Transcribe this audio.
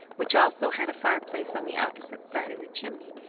which also had a fireplace on the opposite side of the chimney,